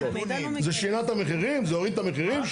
זה שינה את המחירים, זה הוריד את המחירים?